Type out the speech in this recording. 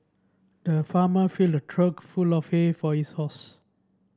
the farmer filled a trough full of hay for his horse